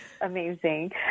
amazing